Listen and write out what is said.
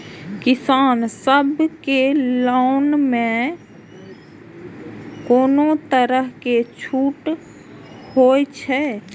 किसान सब के लोन में कोनो तरह के छूट हे छे?